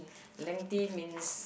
lengthy means